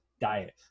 diet